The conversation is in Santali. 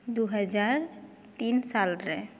ᱫᱩ ᱦᱟᱡᱟᱨ ᱛᱤᱱ ᱥᱟᱞᱨᱮ